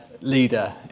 leader